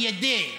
מיידה,